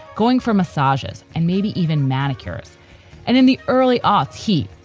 going for massages and maybe even manicures and in the early aughts heat.